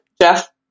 Jeff